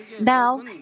Now